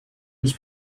was